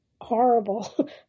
horrible